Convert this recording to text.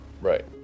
right